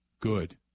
Good